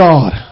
God